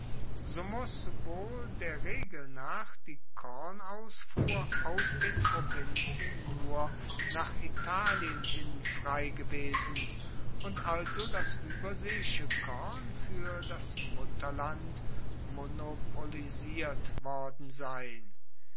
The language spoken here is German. wohl der regel nach die kornausfuhr aus den provinzen nur nach italien hin frei gewesen und also das ueberseeische korn fuer das mutterland monopolisiert worden sein